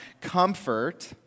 comfort